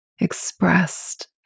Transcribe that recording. expressed